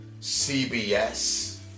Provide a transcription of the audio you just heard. CBS